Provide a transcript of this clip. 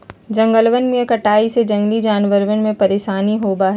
जंगलवन के कटाई से जंगली जानवरवन के परेशानी होबा हई